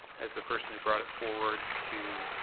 as the person who brought it forward, to,